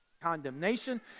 condemnation